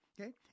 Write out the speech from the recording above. okay